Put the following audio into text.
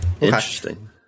Interesting